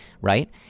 right